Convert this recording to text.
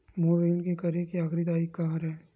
मोर ऋण के करे के आखिरी तारीक का हरे?